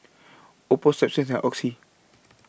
Oppo Strepsils and Oxy